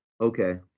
Okay